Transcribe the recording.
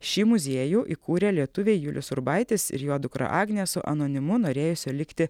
šį muziejų įkūrė lietuviai julius urbaitis ir jo dukra agnė su anonimu norėjusio likti